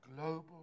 global